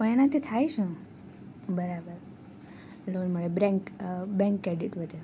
પણ એનાથી થાય શું બરાબર એટલે લોન મળે બ્રેન્ક બેન્ક ક્રેડિટ વધે ઓકે